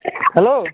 hello